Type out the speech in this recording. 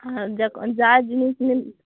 আপনার যখন যা জিনিস নিন